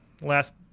Last